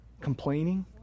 complaining